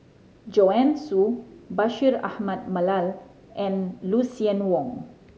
Joanne Soo Bashir Ahmad Mallal and Lucien Wang